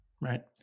Right